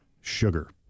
sugar